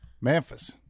Memphis